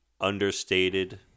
understated